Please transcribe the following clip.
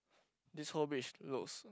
this whole bridge looks